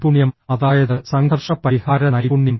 നൈപുണ്യം അതായത് സംഘർഷ പരിഹാര നൈപുണ്യം